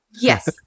yes